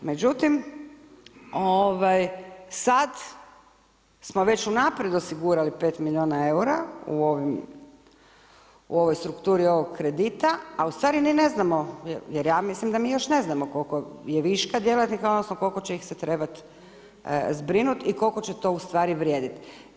Međutim, sad smo već unaprijed osigurali 5 milijuna eura u ovoj strukturi ovog kredita, a ustvari ni ne znamo, jer ja mislim da mi još ne znamo koliko je viška djelatnika odnosno koliko će ih se trebati zbrinuti i koliko će to ustvari vrijediti.